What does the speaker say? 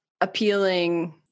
appealing